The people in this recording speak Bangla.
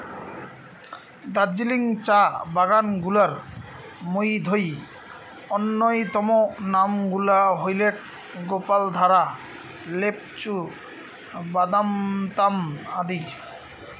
দার্জিলিং চা বাগান গুলার মইধ্যে অইন্যতম নাম গুলা হইলেক গোপালধারা, লোপচু, বাদামতাম আদি